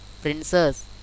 princess